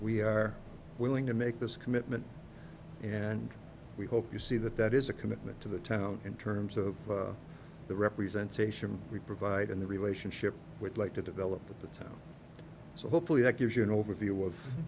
we are willing to make this commitment and we hope you see that that is a commitment to the town in terms of the representation we provide and the relationship would like to develop at the time so hopefully i give you an overview of